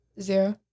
Zero